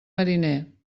mariner